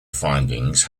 findings